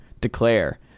declare